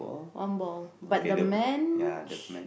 one ball but the man